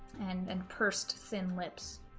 and and pursed thin lips.